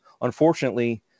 unfortunately